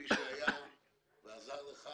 למי שהיה ועזר לך